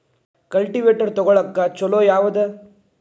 Cultivator ತೊಗೊಳಕ್ಕ ಛಲೋ ಯಾವದ?